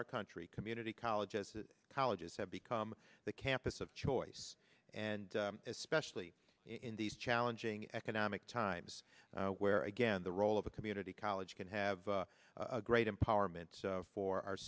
our country community colleges colleges have become the campus of choice and especially in these challenging economic times where again the role of a community college can have a great empowerment for our